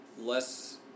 less